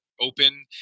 open